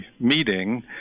meeting